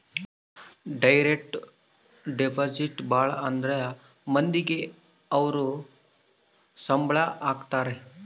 direct deposit ಭಾಳ ಅಂದ್ರ ಮಂದಿಗೆ ಅವ್ರ ಸಂಬ್ಳ ಹಾಕತರೆ